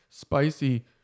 spicy